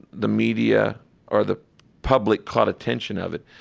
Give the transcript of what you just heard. the media or the public caught attention of it.